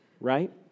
right